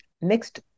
mixed